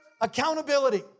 accountability